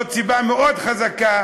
זו סיבה מאוד חזקה